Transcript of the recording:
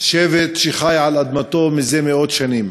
שבט שחי על אדמתו זה מאות שנים.